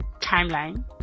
timeline